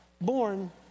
born